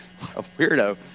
weirdo